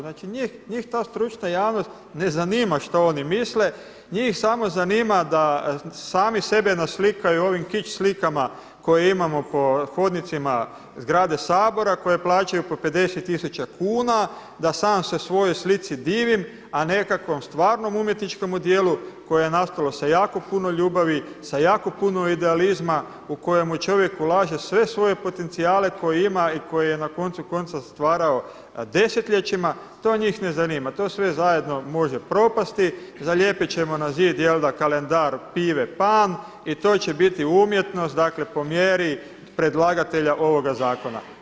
Znači njih ta stručna javnost ne zanima šta oni misle, njih samo zanima da sami sebe naslikaju ovim kič slikama koje imamo po hodnicima zgrade Sabora koje plaćaju po 50 tisuća kuna, da sam se svojoj slici divim a nekakvom stvarnom umjetničkomu djelu koje je nastalo sa jako puno ljubavi, sa jako puno idealizma u kojemu čovjek ulaže sve svoje potencijale koje ima i koje je na koncu konca stvarao desetljećima to njih ne zanima, to sve zajedno može propasti, zalijepit ćemo na zid kalendar pive Pan i to će biti umjetnost dakle po mjeri predlagatelja ovoga zakona.